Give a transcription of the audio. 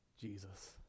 Jesus